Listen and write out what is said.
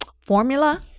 formula